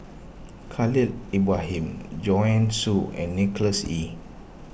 Khalil Ibrahim Joanne Soo and Nicholas Ee